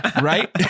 right